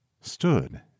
stood